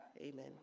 Amen